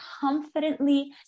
confidently